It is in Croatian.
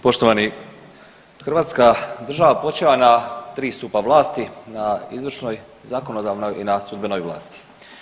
Poštovani, hrvatska država počiva na tri stupa vlasti, na izvršnoj, zakonodavnoj i na sudbenoj vlasti.